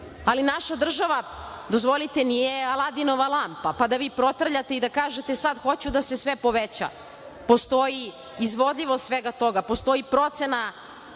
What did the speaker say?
ali naša država nije Aladinova lampa pa da vi protrljate i da kažete – sada hoću da se sve poveća, postoji izvodljivost svega toga, postoji procena